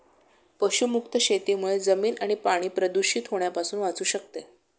पशुमुक्त शेतीमुळे जमीन आणि पाणी प्रदूषित होण्यापासून वाचू शकते